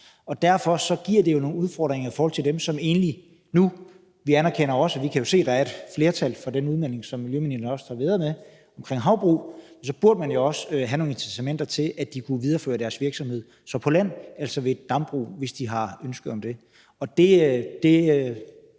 det giver nogle udfordringer. Vi anerkender det, og vi kan jo se, at der er et flertal for den udmelding om havbrug, som miljøministeren også tager med videre, men så burde man jo også give nogle incitamenter til, at de kunne videreføre deres virksomhed på land, altså i form af dambrug, hvis de har ønske om det.